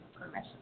permission